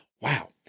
wow